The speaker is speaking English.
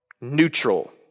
neutral